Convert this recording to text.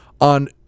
on